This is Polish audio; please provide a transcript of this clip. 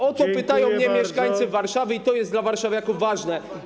O to pytają mnie mieszkańcy Warszawy i to jest dla warszawiaków ważne.